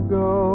go